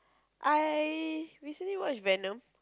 I recently watched Venom